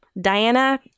Diana